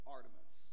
Artemis